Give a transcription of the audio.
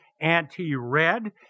anti-red